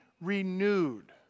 renewed